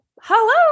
hello